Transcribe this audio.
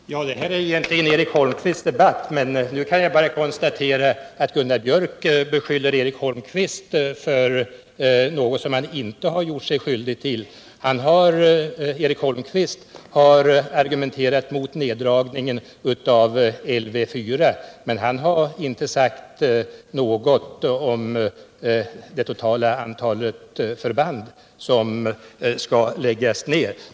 Herr talman! Det här är egentligen Eric Holmqvists debatt. Jag kan bara konstatera att Gunnar Björk i Gävle beskyller Eric Holmqvist för något som han inte gjort sig skyldig till. Eric Holmqvist har argumenterat mot neddragningen av Lv 4. Men han har inte sagt något om det totala antalet förband som skall läggas ned.